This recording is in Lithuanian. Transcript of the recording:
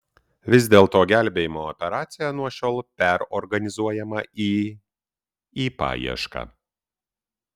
vis dėlto gelbėjimo operacija nuo šiol perorganizuojama į į paiešką